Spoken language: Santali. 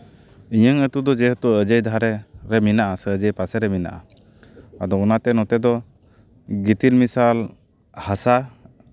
ᱤᱧᱟᱹᱜ ᱟᱹᱛᱩ ᱡᱮᱦᱮᱛᱩ ᱚᱡᱚᱭ ᱫᱷᱟᱨᱮ ᱨᱮ ᱢᱮᱱᱟᱜᱼᱟ ᱥᱮ ᱯᱟᱥᱮᱨᱮ ᱢᱮᱱᱟᱜᱼᱟ ᱟᱫᱚ ᱚᱱᱟᱛᱮ ᱱᱚᱛᱮ ᱫᱚ ᱜᱤᱛᱤᱞ ᱢᱮᱥᱟᱞ ᱦᱟᱥᱟ